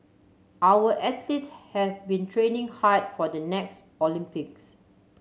our athlete have been training hard for the next Olympics